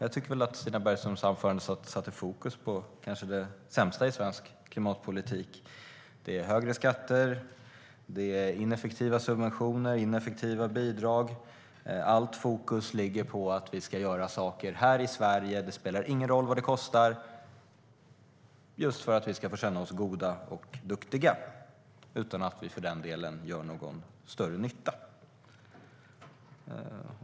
Jag tycker att Stina Bergströms anförande satte fokus på det som kanske är det sämsta i svensk klimatpolitik: Det är högre skatter, ineffektiva subventioner, ineffektiva bidrag, och allt fokus ligger på att vi ska göra saker här i Sverige - det spelar ingen roll vad de kostar - just för att vi ska få känna oss goda och duktiga utan att för den delen göra någon större nytta.